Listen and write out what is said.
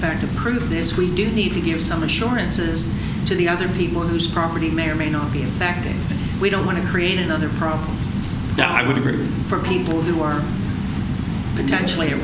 fact approve this we do need to give some assurances to the other people whose property may or may not be impacted we don't want to create another problem that i would agree with for people who are potentially